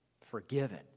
forgiven